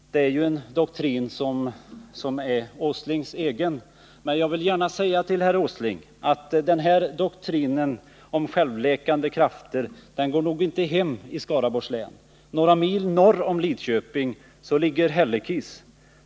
Det är ju en doktrin som är herr Åslings egen, men jag vill gärna säga till Nils Åsling att doktrinen om självläkande krafter nog inte går hem i Skaraborgs län. Några mil norr om Lidköping ligger Hällekis.